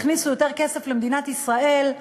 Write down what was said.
הכניסו יותר כסף למדינת ישראל.